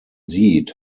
sieht